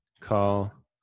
call